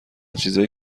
چیزای